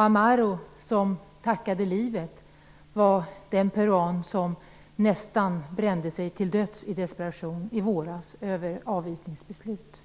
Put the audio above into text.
Amaro, som tackade livet, är den peruan som i våras nästan brände sig till döds i desperation över ett avvisningsbeslut.